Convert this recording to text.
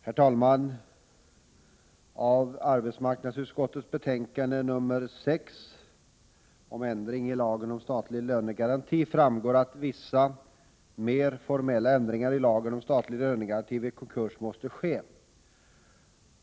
Herr talman! Av arbetsmarknadsutskottets betänkande nr 6 om ändring i lagen om statlig lönegaranti framgår att vissa mer formella ändringar i lagen om statlig lönegaranti vid konkurs måste ske.